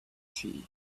tea